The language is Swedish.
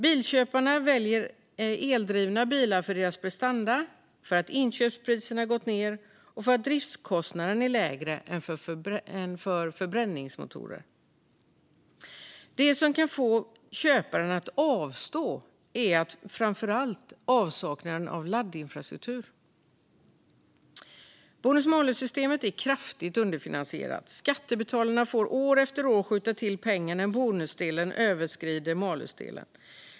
Bilköparna väljer eldrivna bilar för deras prestanda, för att inköpspriserna har gått ned och för att driftskostnaden är lägre än för bilar med förbränningsmotorer. Det som kan få köparen att avstå är framför allt avsaknaden av laddinfrastruktur. Bonus malus-systemet är kraftigt underfinansierat. Skattebetalarna får år efter år skjuta till pengar när bonusdelen överskrider malusdelen.